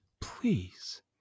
please